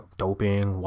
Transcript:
doping